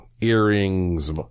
earrings